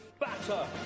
batter